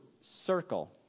circle